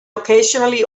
occasionally